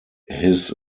his